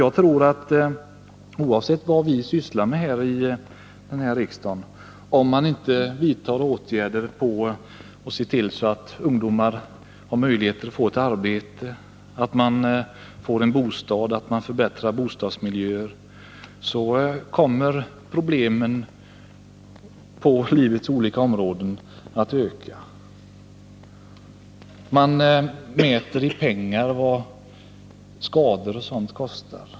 Jag tror att om vi här i riksdagen inte vidtar åtgärder för att ungdomarna skall få möjligheter till ett arbete och till en bostad och för att förbättra bostadsmiljöerna, så kommer problemen på livets olika områden att öka. Man mäter i pengar vad skador och annat kostar.